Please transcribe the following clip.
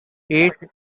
ate